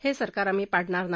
हे सरकार आम्ही पाडणार नाही